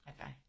Okay